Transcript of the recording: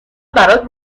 برات